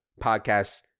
podcast